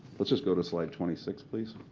let's just go to slide twenty six, please.